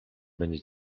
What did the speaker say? będzie